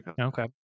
Okay